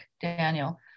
Daniel